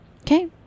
Okay